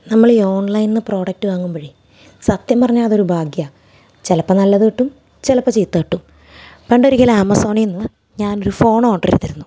നമ്മള് ഈ ഓൺലൈനിൽ നിന്ന് പ്രോഡക്ട് വാങ്ങുമ്പോഴേ സത്യം പറഞ്ഞാൽ അതൊരു ഭാഗ്യമാണ് ചിലപ്പോൾ നല്ലത് കിട്ടും ചിലപ്പോൾ ചീത്ത കിട്ടും പണ്ടൊരിക്കൽ ആമസോണിൽ നിന്ന് ഞാൻ ഒരു ഫോൺ ഓർഡറ് ചെയ്തിരുന്നു